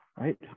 right